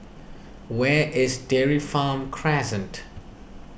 where is Dairy Farm Crescent